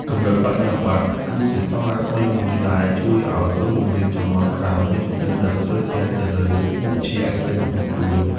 កម្រិតបរិញ្ញាបត្រគឺជាស្តង់ដារថ្មីមួយដែលជួយឱ្យគ្រូបង្រៀនជំនាន់ក្រោយមានចំណេះដឹងជ្រៅជ្រះទៅលើមុខវិជ្ជាឯកទេសរបស់ខ្លួន។